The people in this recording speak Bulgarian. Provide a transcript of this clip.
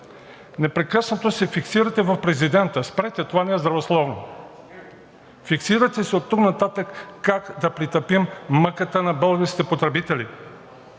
Непрекъснато се фиксирате в президента. Спрете, това не е здравословно! Фиксирайте се оттук нататък как да притъпим мъката на българските потребители,